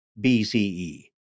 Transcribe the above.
BCE